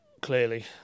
clearly